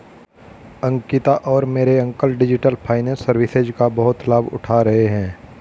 अंकिता और मेरे uncle digital finance services का बहुत लाभ उठा रहे हैं